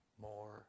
more